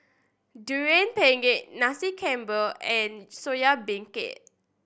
Durian Pengat Nasi Campur and Soya Beancurd